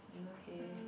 okay